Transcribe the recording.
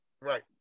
Right